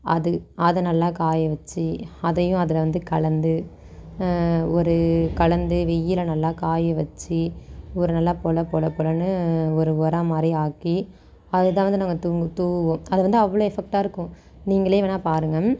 அது அதை நல்லா காய வச்சு அதையும் அதில் வந்து கலந்து ஒரு கலந்து வெயில்ல நல்லா காய வச்சு ஒரு நல்லா பொல பொல பொலன்னு ஒரு உரம் மாதிரி ஆக்கி அதைதான் வந்து நாங்கள் தூங்கு தூவுவோம் அது வந்து அவ்வளோ எஃபெக்ட்டாக இருக்கும் நீங்களே வேணா பாருங்கள்